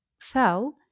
fell